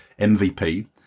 MVP